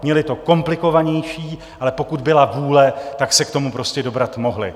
Měli to komplikovanější, ale pokud byla vůle, tak se k tomu prostě dobrat mohli.